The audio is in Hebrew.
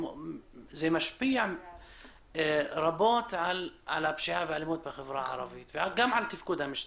זה משפיע רבות על הפשיעה והאלימות בחברה הערבית וגם על תפקוד המשטרה.